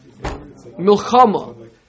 Milchama